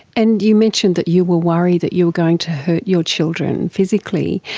and you mentioned that you were worried that you are going to hurt your children physically.